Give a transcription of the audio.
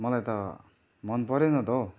मलाई त मनपरेन त हौ